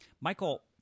Michael